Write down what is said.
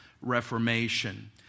Reformation